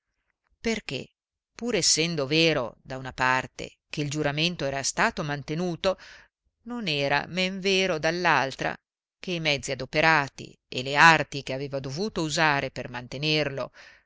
popolarità perché pur essendo vero da una parte che il giuramento era stato mantenuto non era men vero dall'altra che i mezzi adoperati e le arti che aveva dovuto usare per mantenerlo